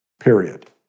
period